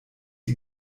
die